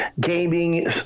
gaming